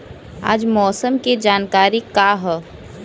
आज मौसम के जानकारी का ह?